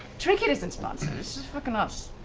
trinket isn't sponsored, it's just fucking us.